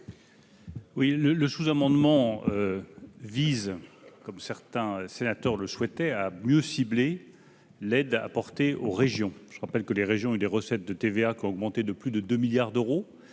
Le sous-amendement vise, comme certains sénateurs le souhaitaient, à mieux cibler l'aide apportée aux régions, dont les recettes de TVA ont augmenté de plus de 2 milliards d'euros.